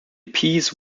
peace